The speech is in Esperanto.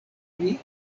pri